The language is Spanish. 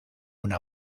una